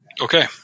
Okay